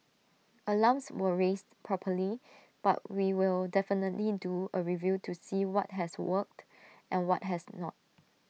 alarms were raised properly but we will definitely do A review to see what has worked and what has not